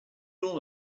all